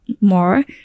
more